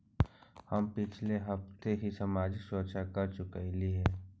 हम पिछले हफ्ते ही सामाजिक सुरक्षा कर चुकइली हे